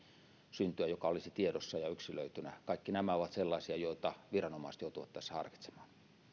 syntyä joka olisi tiedossa ja yksilöitynä kaikki nämä ovat sellaisia joita viranomaiset joutuvat tässä harkitsemaan